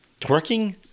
Twerking